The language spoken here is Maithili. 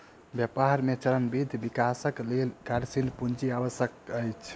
व्यापार मे चरणबद्ध विकासक लेल कार्यशील पूंजी आवश्यक अछि